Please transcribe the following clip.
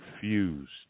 fused